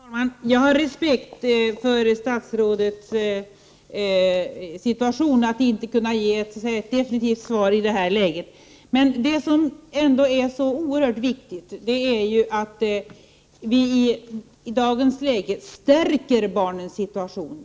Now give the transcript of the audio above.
Herr talman! Jag har respekt för statsrådets situation och förstår att han i det här läget inte kan ge ett definitivt svar. Men det som är viktigt i dagens läge är att vi på olika sätt stärker barnens situation.